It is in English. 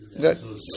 good